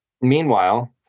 Meanwhile